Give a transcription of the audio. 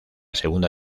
segunda